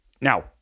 Now